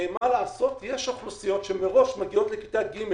מה לעשות, יש אוכלוסיות שמראש מגיעות לכיתה ג',